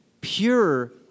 pure